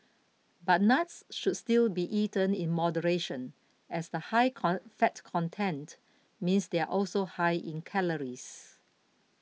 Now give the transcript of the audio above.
but nuts should still be eaten in moderation as the high fat content means they are also high in calories